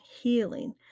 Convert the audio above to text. healing